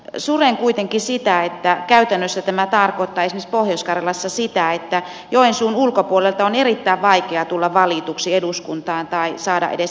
suren kuitenkin sitä että käytännössä tämä tarkoittaa esimerkiksi pohjois karjalassa sitä että joensuun ulkopuolelta on erittäin vaikea tulla valituksi eduskuntaan tai saada edes ehdokkaita